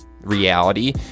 reality